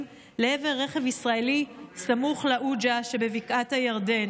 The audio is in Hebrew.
לעבר רכב ישראלי סמוך לעוג'ה שבבקעת הירדן.